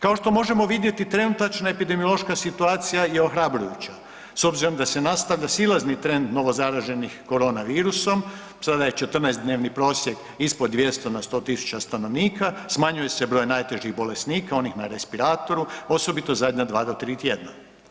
Kao što možemo vidjeti, trenutačna epidemiološka situacija je ohrabrujuća s obzirom da se nastavlja silazni trend novozaraženih korona virusom, sada je 14-dnevni prosjek ispod 200 na 100 000 stanovnika, smanjuje se broj najtežih bolesnika onih na respiratoru, osobito zadnja dva do tri tjedna.